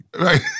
right